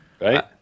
right